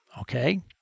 Okay